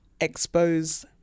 expose